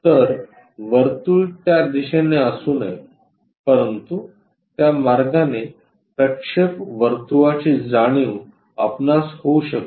तर वर्तुळ त्या दिशेने असू नये परंतु त्या मार्गाने प्रक्षेप वर्तुळाची जाणीव आपणास होऊ शकते